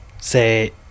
say